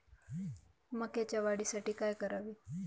मकाच्या वाढीसाठी काय करावे?